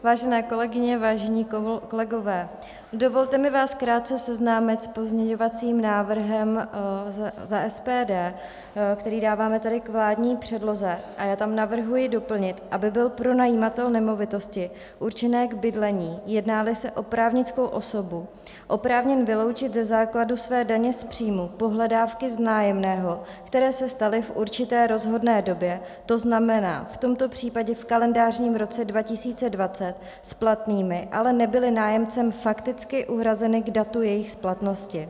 Vážené kolegyně, vážení kolegové, dovolte mi vás krátce seznámit s pozměňovacím návrhem za SPD, který dáváme tedy k vládní předloze, a já tam navrhuji doplnit, aby byl pronajímatel nemovitosti určené k bydlení, jednáli se o právnickou osobu, oprávněn vyloučit ze základu své daně z příjmu pohledávky z nájemného, které se staly v určité rozhodné době, to znamená v tomto případě v kalendářním roce 2020, splatnými, ale nebyly nájemcem fakticky uhrazeny k datu jejich splatnosti.